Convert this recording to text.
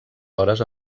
hores